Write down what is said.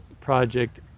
project